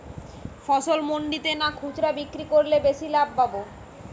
ফসল মন্ডিতে না খুচরা বিক্রি করলে লাভ বেশি পাব?